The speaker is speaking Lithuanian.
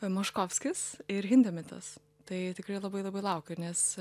moškofskis ir hindemitas tai tikrai labai labai laukiu nes